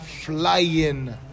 flying